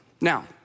Now